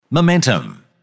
Momentum